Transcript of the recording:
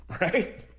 right